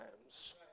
times